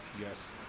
Yes